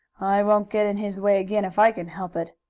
i won't get in his way again if i can help it.